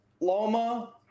Loma